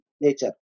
nature